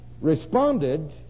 responded